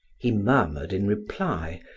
he murmured in reply,